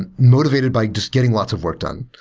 and motivated by just getting lots of work done,